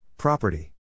Property